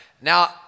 Now